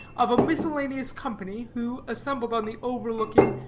of a miscellaneous company, who, assembled on the overlooking,